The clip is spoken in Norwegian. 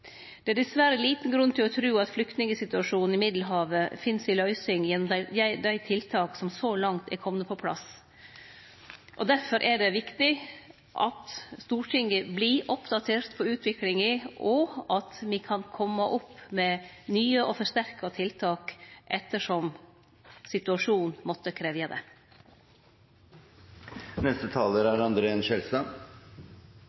Det er dessverre liten grunn til å tru at flyktningsituasjonen i Middelhavet finn ei løysing gjennom dei tiltaka som så langt er komne på plass. Difor er det viktig at Stortinget vert oppdatert på utviklinga, og at me kan kome opp med nye og forsterka tiltak etter som situasjonen måtte krevje